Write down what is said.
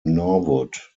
norwood